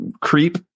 creep